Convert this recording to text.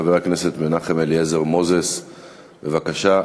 חבר הכנסת מנחם אליעזר מוזס, בבקשה.